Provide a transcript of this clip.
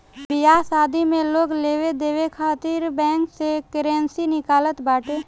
बियाह शादी में लोग लेवे देवे खातिर बैंक से करेंसी निकालत बाटे